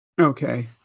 Okay